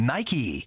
Nike